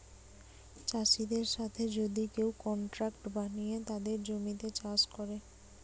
চাষিদের সাথে যদি কেউ কন্ট্রাক্ট বানিয়ে তাদের জমিতে চাষ করে